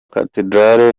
cathedral